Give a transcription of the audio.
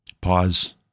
pause